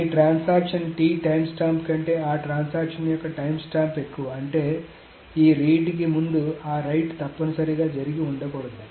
ఈ transaction T timestamp కంటే ఆ ట్రాన్సాక్షన్ యొక్క టైమ్స్టాంప్ ఎక్కువ అంటే ఈ రీడ్ కి ముందు ఆ రైట్ తప్పనిసరిగా జరిగి ఉండకూడదు